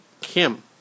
Kim